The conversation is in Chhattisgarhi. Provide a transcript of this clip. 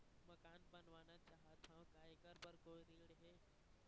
मकान बनवाना चाहत हाव, का ऐकर बर कोई ऋण हे?